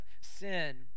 Sin